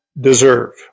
deserve